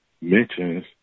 mentions